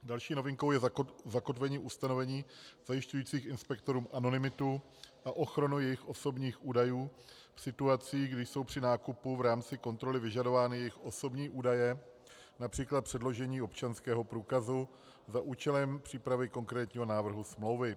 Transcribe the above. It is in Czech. Další novinkou je zakotvení ustavení zajišťující inspektorům anonymitu a ochranu jejich osobních údajů v situacích, kdy jsou při nákupu v rámci kontroly vyžadovány jejich osobní údaje, například předložení občanského průkazu za účelem přípravy konkrétního návrhu smlouvy.